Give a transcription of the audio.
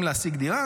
להשיג דירה,